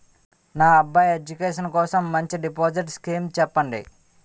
నా అబ్బాయి ఎడ్యుకేషన్ కోసం మంచి డిపాజిట్ స్కీం చెప్పండి